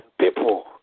people